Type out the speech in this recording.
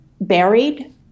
buried